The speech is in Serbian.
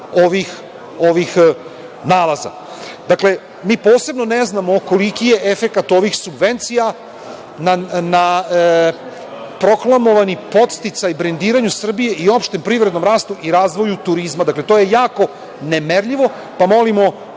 ovih nalaza. Dakle, mi posebno ne znamo koliki je efekat ovih subvencija na proklamovani podsticaj brendiranju Srbije i opštem privrednom rastu i razvoju turizma. Dakle, to je jako nemerljivo, pa molimo